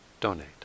donate